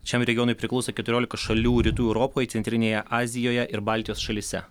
šiam regionui priklauso keturiolika šalių rytų europoj centrinėje azijoje ir baltijos šalyse